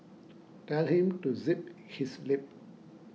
tell him to zip his lip